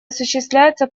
осуществляется